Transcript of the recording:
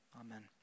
amen